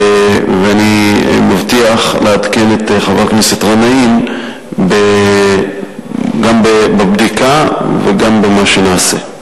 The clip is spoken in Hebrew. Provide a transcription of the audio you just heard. אני מבטיח לעדכן את חבר הכנסת גנאים גם בבדיקה וגם במה שנעשֶה.